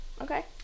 Okay